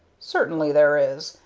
certainly there is,